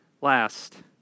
last